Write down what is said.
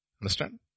Understand